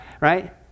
right